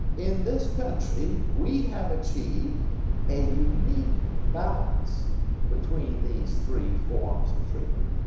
in this country we have achieved a unique balance between these three forms of freedom.